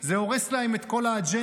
זה הורס להם את כל האג'נדה,